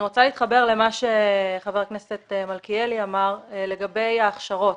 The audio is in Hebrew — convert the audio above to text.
אני רוצה להתחבר למה שאמר חבר הכנסת מלכיאלי לגבי ההכשרות.